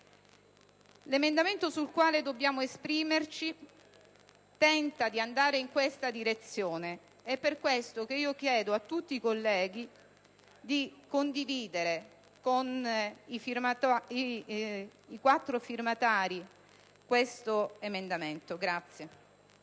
L'emendamento 3.160 sul quale dobbiamo esprimerci tenta di andare in questa direzione. Per questo chiedo a tutti i colleghi di condividere, con i quattro firmatari, tale emendamento.